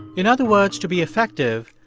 in other words, to be effective,